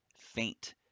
faint